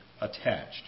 attached